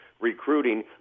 recruiting